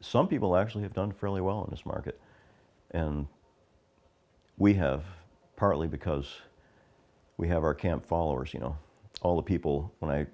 some people actually have done fairly well in this market and we have partly because we have our camp followers you know all the people when i